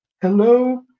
Hello